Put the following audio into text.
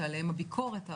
שעליהם הביקורת הרבה,